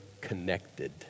connected